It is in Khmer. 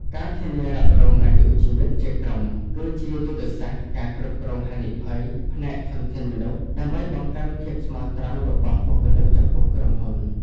ការធានារ៉ាប់រងអាយុជីវិតជាក្រុម គឺជាយុទ្ធសាស្ត្រ ការគ្រប់គ្រងហានិភ័យ ផ្នែកធនធានមនុស្ស ដើម្បីបង្កើនភាពស្មោះត្រង់របស់បុគ្គលិកចំពោះក្រុមហ៊ុន។